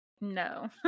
no